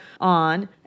on